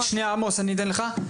שנייה עמוס, אני אתן לך.